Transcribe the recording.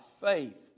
faith